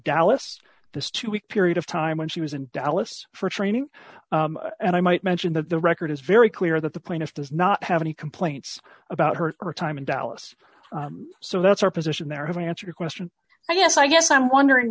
dallas the two week period of time when she was in dallas for training and i might mention that the record is very clear that the plaintiff does not have any complaints about her time in dallas so that's our position there have answered a question i guess i guess i'm wondering